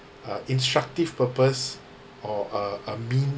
uh instructive purpose or a a mean